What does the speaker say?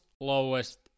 lowest